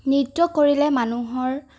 নৃত্য কৰিলে মানুহৰ